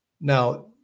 Now